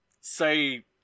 say